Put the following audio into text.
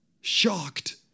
shocked